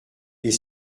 est